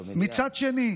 מצד שני,